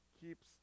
keeps